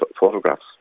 photographs